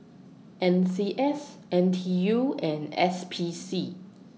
N C S N T U and S P C